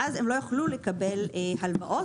ואז הם לא יוכלו לקבל הלוואות,